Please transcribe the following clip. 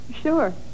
Sure